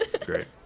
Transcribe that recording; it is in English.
Great